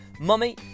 Mummy